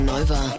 Nova